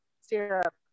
syrup